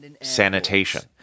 sanitation